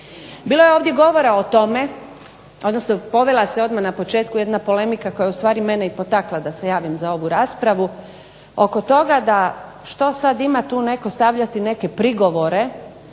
Bilo je ovdje govora o tome, odnosno povela se odmah na početku jedna polemika koja je ustvari mene i potakla da se javim za ovu raspravu, oko toga da što sad ima tu netko stavljati neke prigovore